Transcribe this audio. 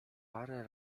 parę